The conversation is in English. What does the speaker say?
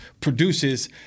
produces